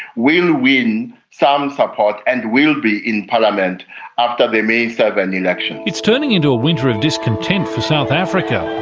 will win some support and will be in parliament after the may seven election. it's turning into a winter of discontent for south africa.